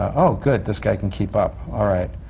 oh, good, this guy can keep up. all right.